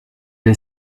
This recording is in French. est